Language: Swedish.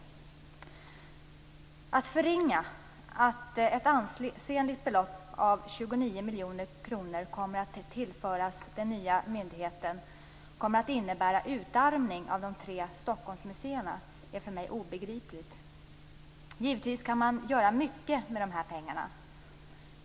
Att någon kan förringa att ett ansenligt belopp om 29 miljoner kronor kommer att tillföras den nya myndigheten och säga att det kommer att innebära en utarmning av de tre Stockholmsmuseerna är för mig obegripligt. Givetvis kan man göra mycket med dessa pengar.